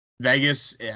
Vegas